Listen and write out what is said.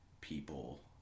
people